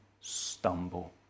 stumble